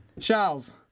Charles